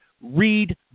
read